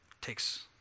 takes